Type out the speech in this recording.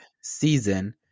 season